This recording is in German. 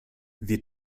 wir